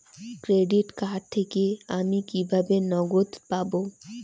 Credit card থেকে আমি কিভাবে নগদ পাব?